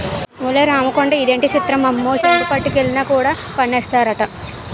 ఒలే రాముకొండా ఇదేటి సిత్రమమ్మో చెంబొట్టుకెళ్లినా పన్నేస్తారటమ్మా